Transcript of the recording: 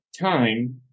time